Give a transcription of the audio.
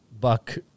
buck